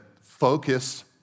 focus